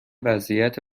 وضعیت